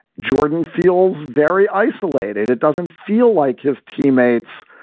jordan feels very isolated. it doesn't feel like his teammates,